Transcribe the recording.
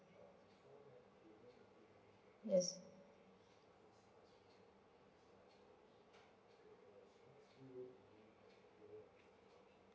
yes